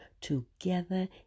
together